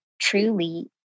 truly